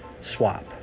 swap